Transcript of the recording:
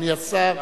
אדוני השר.